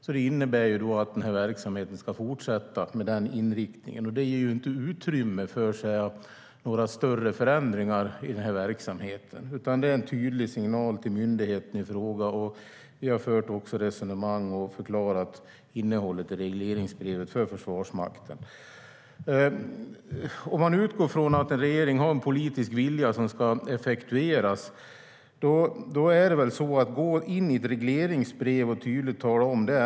Detta innebär att verksamheten ska fortsätta med den inriktningen. Det ger inte utrymme för några större förändringar i verksamheten, utan det är en tydlig signal till myndigheten i fråga. Vi har fört resonemang och förklarat innehållet i regleringsbrevet för Försvarsmakten. Om man utgår från att regeringen har en politisk vilja som ska effektueras är det ett sätt att peka rätt ordentligt när man går in i ett regleringsbrev och tydligt talar om.